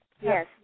Yes